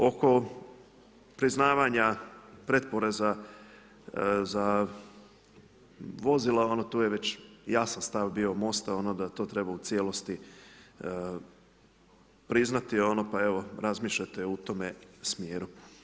Oko priznavanja pretporeza za vozila, tu je već jasan stav bio MOST-a da tu treba u cijelosti priznati, pa evo, razmišljajte u tom smjeru.